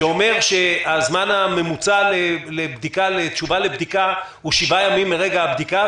שאומר שהזמן הממוצע לתשובה לבדיקה הוא שבעה ימים מרגע הבדיקה,